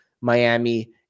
Miami